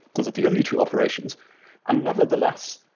those are the only two operations ah nevertheless,